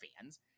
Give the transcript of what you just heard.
fans